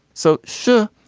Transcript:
so sure.